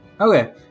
Okay